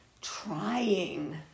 trying